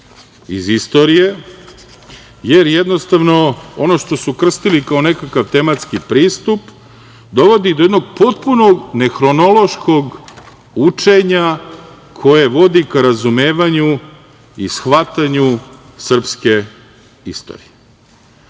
iz istorije, jer jednostavno ono što su krstili kao nekakav tematski pristup, dovodi do jednog potpuno nehronološkog učenja koje vodi ka razumevanju i shvatanju srpske istorije. Znači,